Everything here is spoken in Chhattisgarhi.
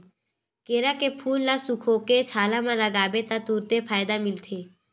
केरा के फूल ल सुखोके छाला म लगाबे त तुरते फायदा मिलथे